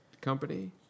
company